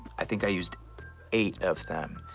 i think i used eight of them,